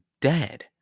dead